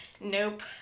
Nope